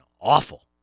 awful